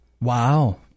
Wow